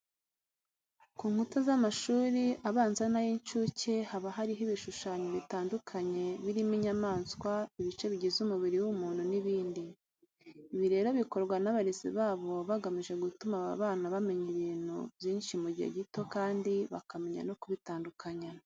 Ku nkuta z'amashuri abanza n'ay'incuke haba hariho ibishushanyo bitandukanye birimo inyamaswa, ibice bigize umubiri w'umuntu n'ibindi. Ibi rero bikorwa n'abarezi babo bagamije gutuma aba bana bamenya ibintu byinshi mu gihe gito kandi bakamenya no kubitandukanya.